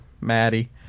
Maddie